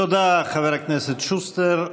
תודה, חבר הכנסת שוסטר.